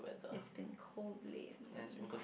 it's been cold lately